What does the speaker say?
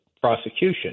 prosecution